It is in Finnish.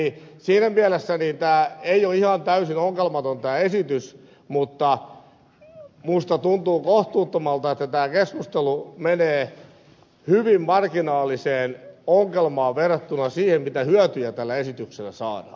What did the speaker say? siinä mielessä tämä esitys ei ole ihan täysin ongelmaton mutta minusta tuntuu kohtuuttomalta että tämä keskustelu menee hyvin marginaaliseen ongelmaan verrattuna siihen mitä hyötyjä tällä esityksellä saadaan